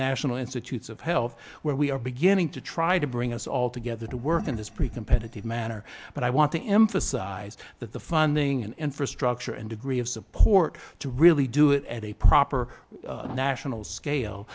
national institutes of health where we are beginning to try to bring us all together to work in this pre computed manner but i want to emphasize that the funding and infrastructure and degree of support to really do it at a proper national